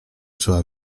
trzeba